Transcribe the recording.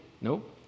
nope